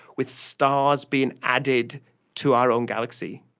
with stars being added to our own galaxy.